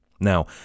Now